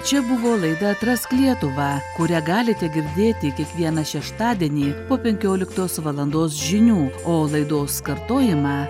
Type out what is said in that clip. čia buvo laida atrask lietuvą kurią galite girdėti kiekvieną šeštadienį po penkioliktos valandos žinių o laidos kartojimą